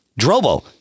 Drobo